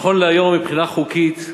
נכון להיום, מבחינה חוקית,